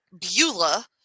Beulah